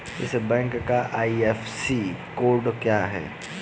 इस बैंक का IFSC code क्या है?